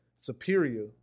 superior